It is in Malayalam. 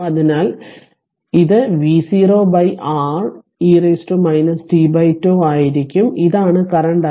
അതിനാൽ ഇത് v0R e t τ ആയിരിക്കും ഇതാണ് കറന്റ്iR